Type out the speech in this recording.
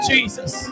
Jesus